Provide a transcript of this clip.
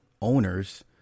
owners